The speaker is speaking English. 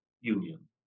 union